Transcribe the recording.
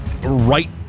right